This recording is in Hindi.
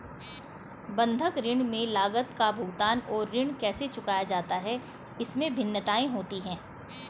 बंधक ऋण में लागत का भुगतान और ऋण कैसे चुकाया जाता है, इसमें भिन्नताएं होती हैं